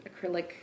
acrylic